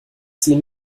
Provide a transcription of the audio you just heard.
sie